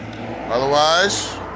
Otherwise